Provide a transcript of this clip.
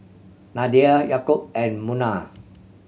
Nadia Yaakob and Munah